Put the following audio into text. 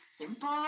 simple